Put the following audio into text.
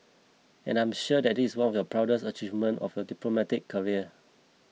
and I'm sure that is one of your proudest achievement of your diplomatic career